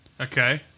Okay